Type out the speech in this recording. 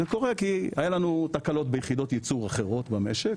כי היו לנו תקלות ביחדות יצור אחרות במשק,